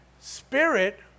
spirit